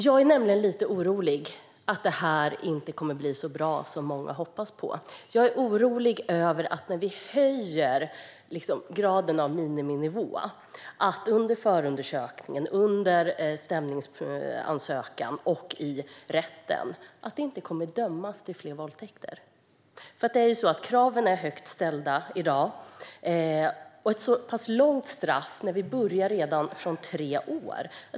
Jag är lite orolig över att det inte kommer att bli så bra som många hoppas på. Jag är orolig för att det inte kommer att bli så att fler kommer att dömas för våldtäkter när vi höjer miniminivån. Jag tänker på förundersökningen, stämningsansökan och hur det är i rätten. Kraven är högt ställda i dag, och det är ett så pass långt straff när vi börjar redan från tre år.